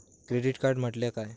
Credit card म्हटल्या काय?